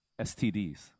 STDs